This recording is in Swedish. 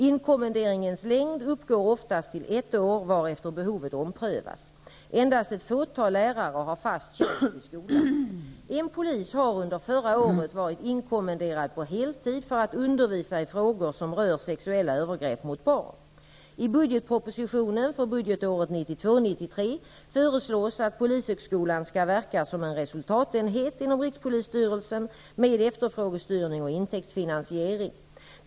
Inkommenderingens längd uppgår oftast till ett år varefter behovet omprövas. Endast ett fåtal lärare har fast tjänst vid skolan. En polis har under förra året varit inkommenderad på heltid för att undervisa i frågor som rör sexuella övergrepp mot barn. föreslås att polishögskolan skall verka som en resultatenhet inom rikspolisstyrelsen med efterfrågestyrning och intäktsfinansiering.